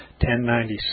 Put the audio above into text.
1096